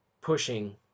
pushing